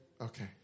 Okay